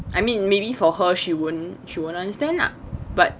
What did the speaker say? I mean maybe for her she wouldn't she wouldn't understand ah but